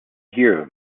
here